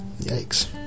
Yikes